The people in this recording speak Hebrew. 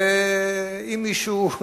אם מישהו,